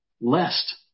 Lest